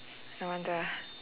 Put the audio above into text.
no wonder